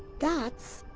that's.